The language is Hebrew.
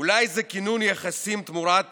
אולי זה כינון יחסים תמורת